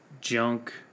junk